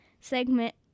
segment